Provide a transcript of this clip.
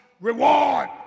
reward